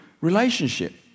relationship